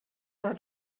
hat